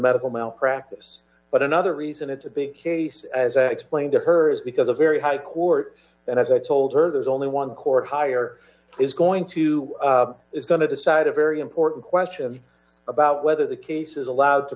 medical malpractise but another reason it's a big case as a playing to her is because a very high court and as i told her there's only one court hire is going to is going to decide a very important question about whether the case is allowed to